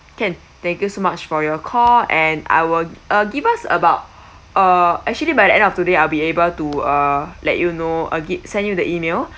can thank you so much for your call and I will uh give us about uh actually by the end of today I'll be able to uh let you know again send you the email